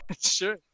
Sure